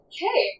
Okay